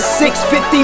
650